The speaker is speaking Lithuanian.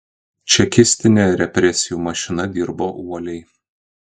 čekistinė represijų mašina dirbo uoliai